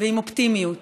ועם אופטימיות